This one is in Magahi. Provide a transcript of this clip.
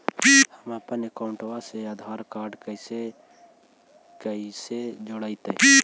हमपन अकाउँटवा से आधार कार्ड से कइसे जोडैतै?